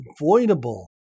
unavoidable